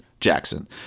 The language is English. Jackson